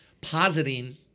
Positing